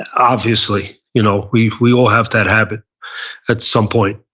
and obviously. you know we we all have that habit at some point.